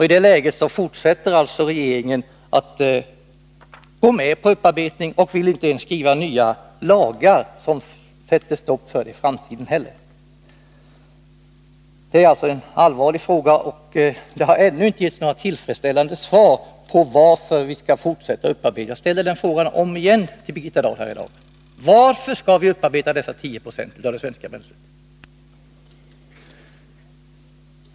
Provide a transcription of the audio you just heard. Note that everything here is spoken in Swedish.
I det läget fortsätter regeringen alltså att gå med på upparbetning och vill inte ens skriva nya lagar som skulle sätta stopp för sådan i framtiden. Det gäller alltså ett allvarligt spörsmål. Det har ännu inte givits några tillfredsställande svar på frågan varför vi skall fortsätta med upparbetning. Jag ställer om igen frågan till Birgitta Dahl här i dag: Varför skall vi upparbeta 10 20 av det svenska kärnbränslet?